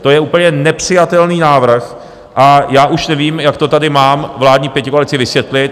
To je úplně nepřijatelný návrh a já už nevím, jak to tady mámám vládní pětikoalici vysvětlit.